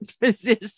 position